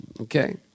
Okay